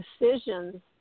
decisions